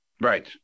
Right